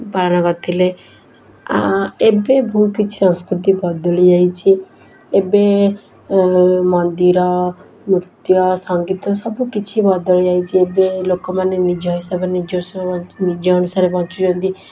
ବାର କରିଥିଲେ ଏବେ ବହୁତ କିଛି ସଂସ୍କୃତି ବଦଳି ଯାଇଛି ଏବେ ମନ୍ଦିର ନୃତ୍ୟ ସଙ୍ଗୀତ ସବୁକିଛି ବଦଳି ଯାଇଛି ଏବେ ଲୋକମାନେ ନିଜ ହିସାବରେ ନିଜସ୍ୱ ନିଜ ଅନୁସାରେ ବଞ୍ଚୁଛନ୍ତି